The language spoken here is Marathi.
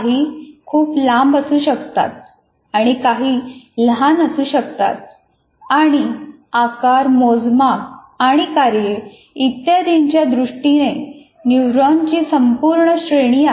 काही खूप लांब असू शकतात आणि काही लहान असू शकतात आणि आकार मोजमाप आणि कार्ये इत्यादीच्या दृष्टीने न्यूरॉनची संपूर्ण श्रेणी आहे